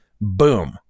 Boom